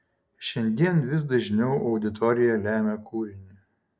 šiandien vis dažniau auditorija lemia kūrinį